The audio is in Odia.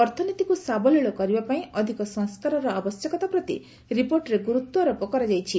ଅର୍ଥନୀତିକୁ ସାବଲୀଳ କରିବାପାଇଁ ଅଧିକ ସଂସ୍କାରର ଆବଶ୍ୟକତା ପ୍ରତି ରିପୋର୍ଟରେ ଗୁରୁତ୍ୱ ଆରୋପ କରାଯାଇଛି